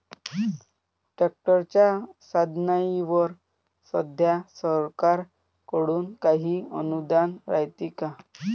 ट्रॅक्टरच्या साधनाईवर सध्या सरकार कडून काही अनुदान रायते का?